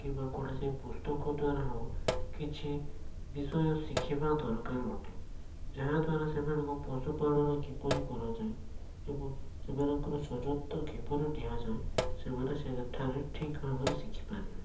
କିମ୍ବା କୌଣସି ପୁସ୍ତକ ଦ୍ଵାରା ହଉ କିଛି ବିଷୟ ଶିଖିବା ଦରକାର ଅଟେ ଯାହାଦ୍ଵାରା ସେମାନଙ୍କୁ ପଶୁପାଳନ କିପରି କରାଯାଏ ଏବଂ ସେମାନଙ୍କର ସଯତ୍ନ କିପରି ନିଆଯାଏ ସେମାନେ ସେଠାରେ ଠିକ୍ ଭାବରେ ଶିଖିପାରିବେ